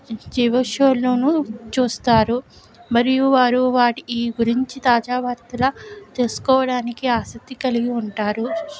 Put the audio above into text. GO show లను చూస్తారు మరియు వారు వాటి ఈ గురించి తాజా వార్తల తెలుసుకోవడానికి ఆసక్తి కలిగి ఉంటారు